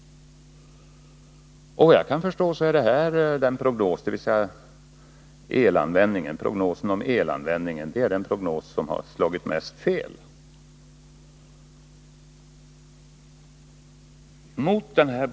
Såvitt jag förstår är det prognoserna för elanvändningen som slagit mest fel.